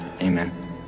Amen